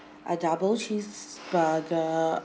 a double cheese burger